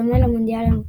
בדומה למונדיאלים הקודמים.